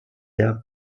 der